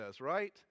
right